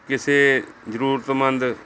ਕਿਸੇ ਜ਼ਰੂਰਤਮੰਦ